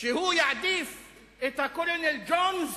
שהוא יעדיף את הקולונל ג'ונס,